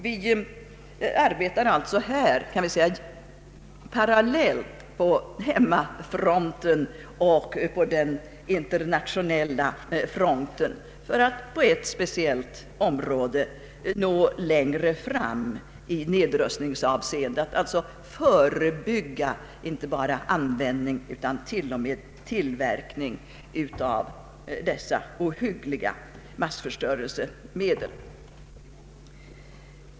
Vi arbetar alltså parallellt på hemmafronten och på den internationella fronten för att på ett speciellt område nå längre fram i nedrustningsavseende, att förebygga inte bara användning utan även tillverkning av dessa ohyggliga massförstörelsemedel.